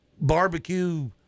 barbecue